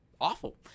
awful